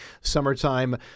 summertime